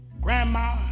grandma